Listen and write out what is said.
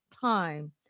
time